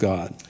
God